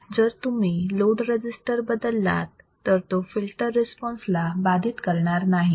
जर तुम्ही load register बदलात तर तो फिल्टर रिस्पॉन्स ला बाधित करणार नाही